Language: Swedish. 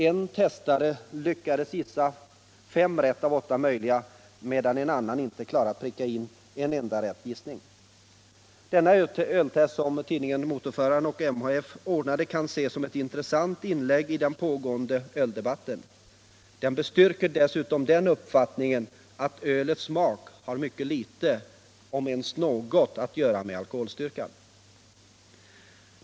En testare lyckades gissa fem rätt av åtta möjliga, medan en annan inte klarade av att pricka en enda rätt gissning. Denna öltest, som tidningen Motorföraren och MHF ordnade, kan ses som ett intressant inlägg i den pågående öldebatten. Den bestyrker dessutom den uppfattningen att ölets smak har mycket litet, om ens något, att göra med alkoholstyrkan.